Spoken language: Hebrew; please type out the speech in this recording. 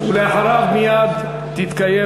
ולאחריו, מייד תתקיים